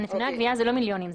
נתוני הגבייה זה לא מיליונים,